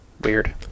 Weird